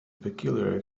peculiar